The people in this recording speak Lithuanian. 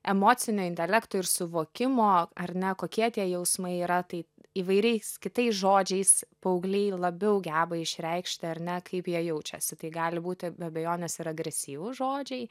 emocinio intelekto ir suvokimo ar ne kokie tie jausmai yra tai įvairiais kitais žodžiais paaugliai labiau geba išreikšti ar ne kaip jie jaučiasi tai gali būti be abejonės ir agresyvūs žodžiai